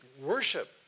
worship